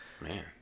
man